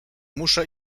muszę